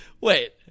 Wait